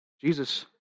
Jesus